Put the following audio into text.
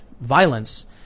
violence